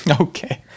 Okay